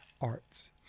arts